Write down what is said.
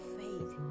faith